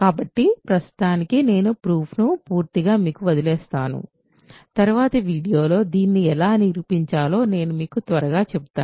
కాబట్టి ప్రస్తుతానికి నేను ప్రూఫ్ ను పూర్తిగా మీకు వదిలివేస్తాను తరువాతి వీడియోలో దీన్ని ఎలా నిరూపించాలో నేను మీకు త్వరగా చెబుతాను